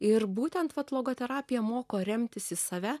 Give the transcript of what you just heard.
ir būtent vat logoterapija moko remtis į save